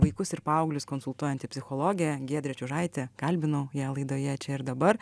vaikus ir paauglius konsultuojanti psichologė giedrė čiužaitė kalbinau ją laidoje čia ir dabar